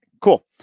Cool